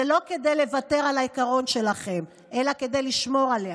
זה לא כדי לוותר על העיקרון שלכם אלא כדי לשמור עליו.